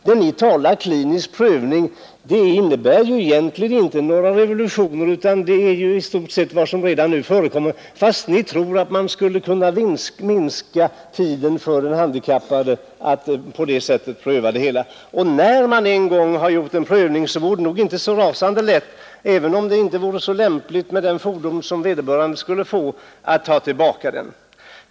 Den kliniska prövning ni talar om innebär ju egentligen inte något speciellt, utan det är i stort sett vad som nu förekommer, fast ni tror att man skulle kunna minska väntetiden för de handikappade på detta sätt. Och när man en gång gjort en prövning vore det nog inte särskilt lätt att ta tillbaka det fordon vederbörande skulle få, även om fordonet inte är så särskilt lämpligt för den handikappade.